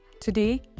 Today